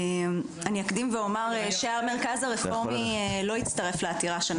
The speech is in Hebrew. אני אקדים ואומר שהמרכז הרפורמי לא הצטרף לעתירה בשנה